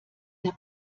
der